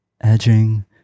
edging